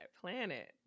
Planet